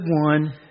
one